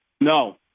No